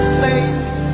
saints